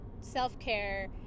self-care